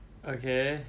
okay